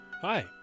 Hi